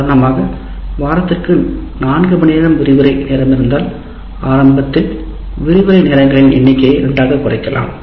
உதாரணமாக வாரத்திற்கு நான்கு மணி நேரம் விரிவுரை நேரமிருந்தால் ஆரம்பத்தில் விரிவுரை நேரங்களின் எண்ணிக்கையை 2 ஆக குறைக்கலாம்